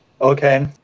Okay